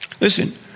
Listen